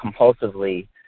compulsively